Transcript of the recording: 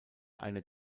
einer